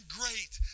great